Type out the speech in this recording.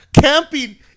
camping